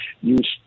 use